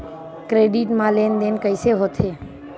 Credit मा लेन देन कइसे होथे?